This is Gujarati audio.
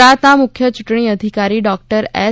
ગુજરાતના મુખ્ય ચૂંટણી અધિકારી ડોક્ટર એસ